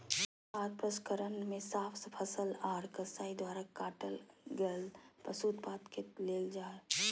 खाद्य प्रसंस्करण मे साफ फसल आर कसाई द्वारा काटल गेल पशु उत्पाद के लेल जा हई